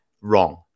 wrong